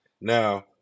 Now